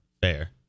fair